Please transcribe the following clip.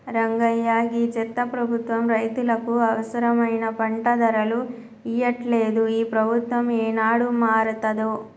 రంగయ్య గీ చెత్త ప్రభుత్వం రైతులకు అవసరమైన పంట ధరలు ఇయ్యట్లలేదు, ఈ ప్రభుత్వం ఏనాడు మారతాదో